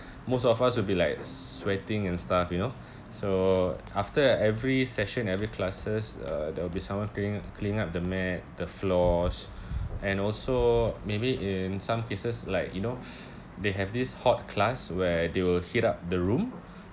most of us will be like sweating and stuff you know so after every session every classes uh there will be someone clean clean up the mat the floors and also maybe in some places like you know they have this hot class where they will heat up the room